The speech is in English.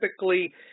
typically